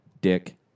dick